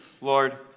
Lord